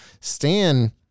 Stan